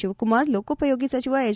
ಶಿವಕುಮಾರ್ ಲೋಕೋಪಯೋಗಿ ಸಚಿವ ಹೆಚ್